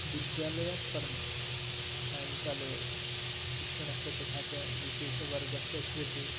विद्यालयात् परं सायङ्काले काले शिक्षणस्य तथा च विशेषवर्गस्य कृते